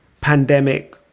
pandemic